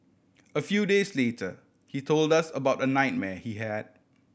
a few days later he told us about a nightmare he had